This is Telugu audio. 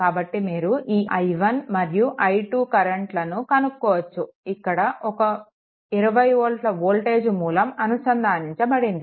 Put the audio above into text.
కాబట్టి మీరు ఈ i1 మరియు i2 కరెంట్లను కనుక్కోవచ్చు ఇక్కడ ఒక 20 వోల్ట్ల వోల్టేజ్ మూలం అనుసంధానించబడింది